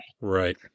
Right